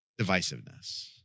divisiveness